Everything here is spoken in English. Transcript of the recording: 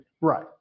Right